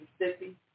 Mississippi